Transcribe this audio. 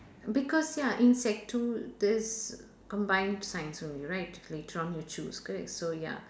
because ya in sec two there's combine science only right which one you choose correct so ya